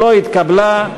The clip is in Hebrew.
לא התקבלה.